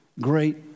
great